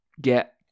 get